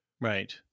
Right